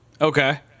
Okay